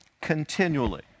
continually